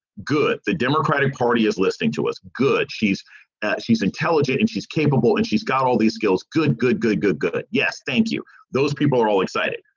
good. the democratic party is listening to us. good. she's she's intelligent and she's capable and she's got all these skills. good, good, good, good, good. yes. thank you. those people are all excited.